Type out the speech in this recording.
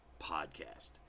podcast